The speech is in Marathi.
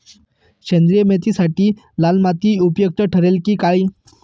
सेंद्रिय मेथीसाठी लाल माती उपयुक्त ठरेल कि काळी?